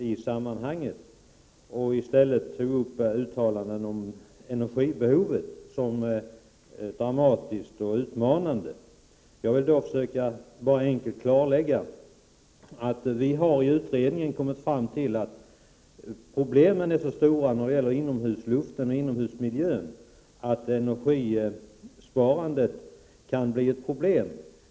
I stället tog hon upp uttalanden om energibehovet som något dramatiskt och utmanande. Jag vill då på ett enkelt sätt försöka klarlägga att vi i utredningen har kommit fram till att problemen är så stora när det gäller inomhusluften och inomhusmiljön att energisparandet kan bli ett bekymmer.